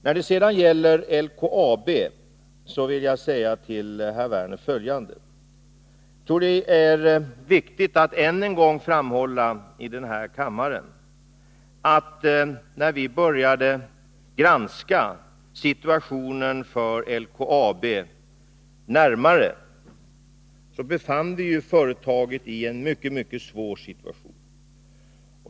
När det sedan gäller LKAB vill jag säga följande till herr Werner: Jag tror att det är viktigt att än en gång framhålla i den här kammaren att när vi började granska situationen för LKAB närmare fann vi företaget i en mycket svår situation.